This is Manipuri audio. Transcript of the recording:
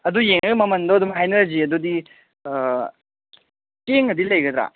ꯑꯗꯨ ꯌꯦꯡꯉ ꯃꯃꯜꯗꯣ ꯑꯗꯨꯝ ꯍꯥꯏꯅꯔꯁꯤ ꯑꯗꯨꯗꯤ ꯆꯦꯡꯒꯗꯤ ꯂꯩꯒꯗ꯭ꯔꯥ